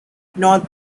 north